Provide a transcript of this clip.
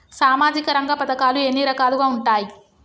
సామాజిక రంగ పథకాలు ఎన్ని రకాలుగా ఉంటాయి?